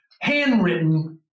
Handwritten